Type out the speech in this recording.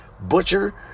butcher